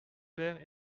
père